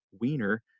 wiener